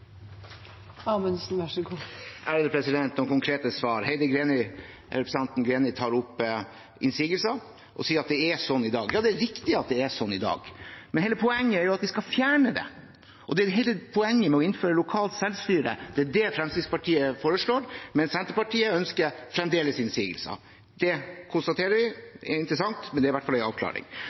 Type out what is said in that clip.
Noen konkrete svar: Representanten Greni tar opp innsigelser og sier at det er sånn i dag. Ja, det er riktig at det er sånn i dag, men hele poenget er jo at vi skal fjerne det. Det er hele poenget med å innføre lokalt selvstyre. Det er det Fremskrittspartiet foreslår, men Senterpartiet ønsker fremdeles innsigelser. Det konstaterer vi at er interessant, men det er i hvert fall en avklaring.